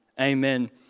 Amen